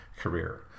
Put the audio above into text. career